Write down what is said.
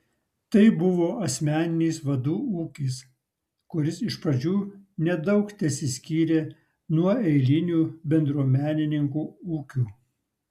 tai buvo asmeninis vadų ūkis kuris iš pradžių nedaug tesiskyrė nuo eilinių bendruomenininkų ūkių